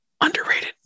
underrated